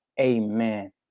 Amen